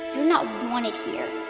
not wanted here.